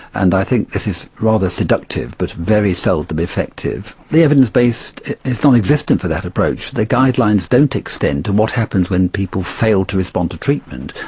and i think this is rather seductive but very seldom effective. the evidence base is non-existent for that approach. the guidelines don't extend to what happens when people fail to respond to treatment,